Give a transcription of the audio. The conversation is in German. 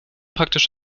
praktisch